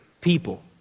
people